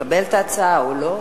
לקבל את ההצעה או לא.